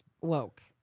woke